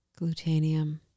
Glutanium